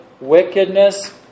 wickedness